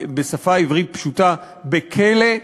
בשפה עברית פשוטה "כלא",